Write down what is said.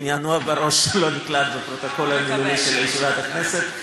כי נענוע בראש לא נקלט בפרוטוקול ישיבת הכנסת.